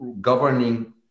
governing